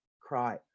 cry